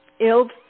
ill